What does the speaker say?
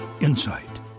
insight